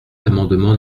l’amendement